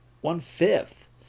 one-fifth